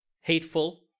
hateful